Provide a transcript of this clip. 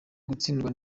gutsindwa